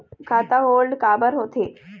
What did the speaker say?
खाता होल्ड काबर होथे?